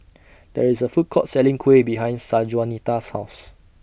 There IS A Food Court Selling Kuih behind Sanjuanita's House